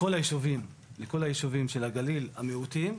לכל היישובים של הגליל המיעוטים,